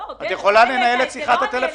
עודד, אתה העלית את זה.